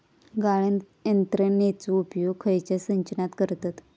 गाळण यंत्रनेचो उपयोग खयच्या सिंचनात करतत?